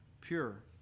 pure